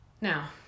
Now